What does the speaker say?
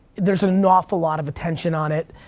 there's an awful lot of attention on it.